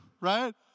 right